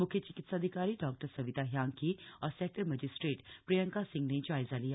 म्ख्य चिकित्साधिकारी डॉक्टर सविता हयांकी और सेक्टर मजिस्ट्रेट प्रियंका सिंह ने जायजा लिया